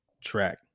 track